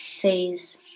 phase